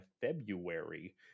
february